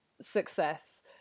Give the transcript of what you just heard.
success